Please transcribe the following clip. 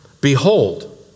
Behold